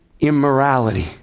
immorality